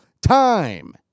time